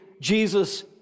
Jesus